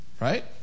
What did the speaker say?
Right